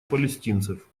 палестинцев